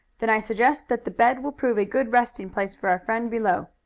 then i suggest that the bed will prove a good resting place for our friend below.